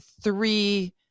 three